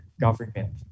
government